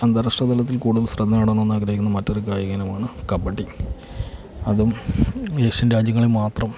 അന്താരാഷ്ട്ര തലത്തിൽ കൂടുതൽ ശ്രദ്ധ നേടണം എന്നാഗ്രഹിക്കുന്ന മറ്റൊരു കായിക ഇനമാണ് കബഡി അതും ഏഷ്യൻ രാജ്യങ്ങളിൽ മാത്രം